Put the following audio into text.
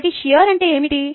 కాబట్టి షియర్ అంటే ఏమిటి